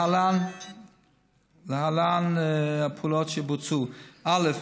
להלן הפעולות שבוצעו: א.